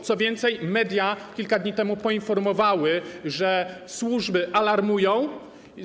Co więcej, media kilka dni temu poinformowały, że służby alarmują.